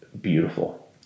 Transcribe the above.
beautiful